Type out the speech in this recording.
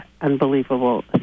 unbelievable